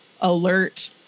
alert